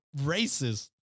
racist